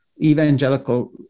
evangelical